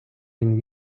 він